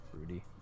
rudy